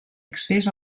accés